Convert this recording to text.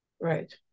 right